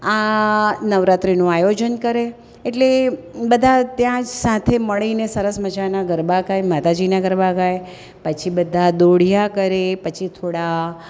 આ નવરાત્રિનું આયોજન કરે એટલે બધા ત્યાં જ સાથે મળીને સરસ મજાના ગરબા ગાય માતાજીના ગરબા ગાય પછી બધા દોઢિયા કરે પછી થોડા